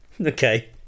okay